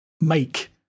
make